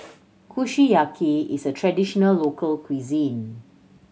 kushiyaki is a traditional local cuisine